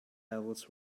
levels